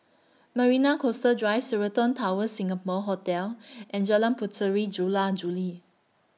Marina Coastal Drive Sheraton Towers Singapore Hotel and Jalan Puteri Jula Juli